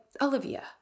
Olivia